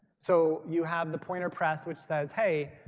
so you have the pointer press which says, hey,